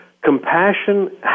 Compassion